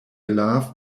love